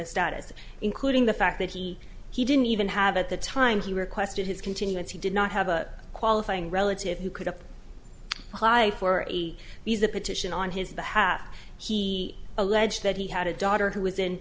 of status including the fact that he he didn't even have at the time he requested his continuance he did not have a qualifying relative who could have why for a these a petition on his behalf he alleged that he had a daughter who was in